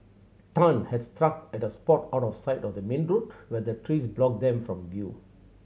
Tan had struck at a spot out of sight of the main road where the trees blocked them from view